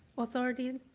authority and